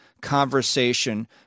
conversation